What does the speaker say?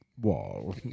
wall